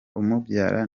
umubyara